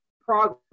progress